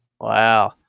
Wow